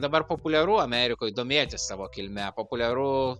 dabar populiaru amerikoj domėtis savo kilme populiaru